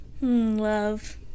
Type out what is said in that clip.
Love